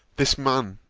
this man,